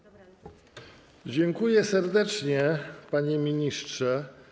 Dziękuję serdecznie, panie ministrze.